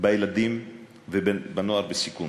בילדים ובנוער בסיכון.